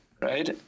right